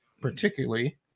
particularly